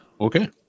Okay